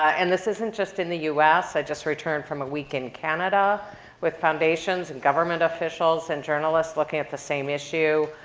ah and this isn't just in the us. i just returned from a week in canada with foundations and government officials and journalists looking at the same issue.